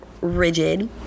rigid